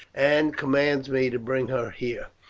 and commands me to bring her here.